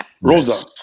Rosa